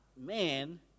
man